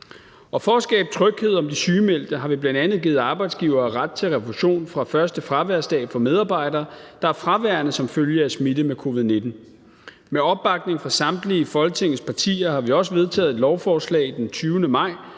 at skabe tryghed om de sygemeldte har vi bl.a. givet arbejdsgivere ret til refusion fra første fraværsdag for medarbejdere, der er fraværende som følge af smitte med covid-19. Med opbakning fra samtlige Folketingets partier har vi også vedtaget et lovforslag den 20. maj,